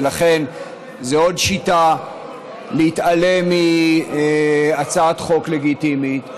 ולכן זאת עוד שיטה להתעלם מהצעת חוק לגיטימית,